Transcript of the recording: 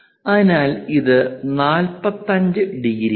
അതിനാൽ ഇത് 45 ഡിഗ്രിയാണ്